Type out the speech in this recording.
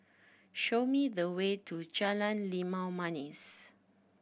show me the way to Jalan Limau Manis